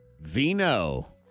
Vino